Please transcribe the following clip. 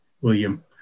William